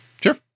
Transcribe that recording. sure